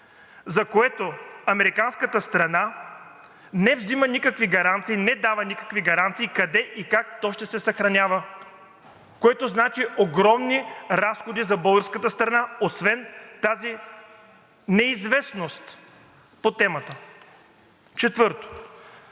за което американската страна не дава никакви гаранции къде и как то ще се съхранява, което значи огромни разходи за българската страна, освен тази неизвестност по темата. Четвърто,